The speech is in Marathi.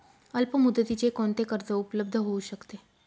अल्पमुदतीचे कोणते कर्ज उपलब्ध होऊ शकते?